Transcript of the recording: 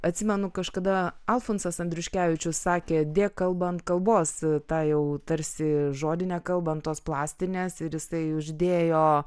atsimenu kažkada alfonsas andriuškevičius sakė dėk kalbą kalbos tą jau tarsi žodinę kalbą ant tos plastinės ir jisai uždėjo